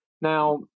Now